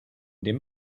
dem